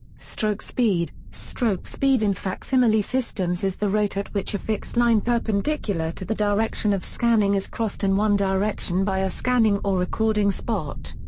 stroke speed stroke speed in facsimile systems is the rate at which a fixed line perpendicular to the direction of scanning is crossed in one direction by a scanning or recording spot.